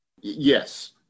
yes